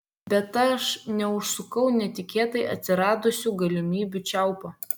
bet aš neužsukau netikėtai atsiradusių galimybių čiaupo